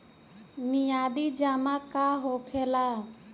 मियादी जमा का होखेला?